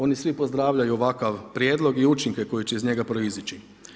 Oni svi pozdravljaju ovakav prijedlog i učinke koji će iz njega proizići.